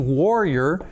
warrior